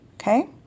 Okay